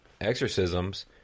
exorcisms